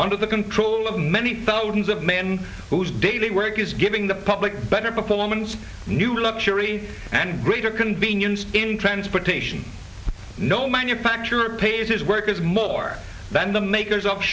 under the control of many thousands of man whose daily work is giving the public better performance new luxury and greater convenience in transportation no manufacturer pays his workers more than the makers of